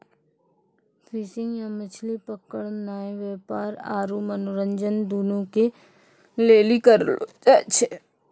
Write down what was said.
fishing या मछली पकड़नाय व्यापार आरु मनोरंजन दुनू के लेली करलो जाय छै